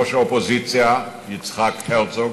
ראש האופוזיציה יצחק הרצוג,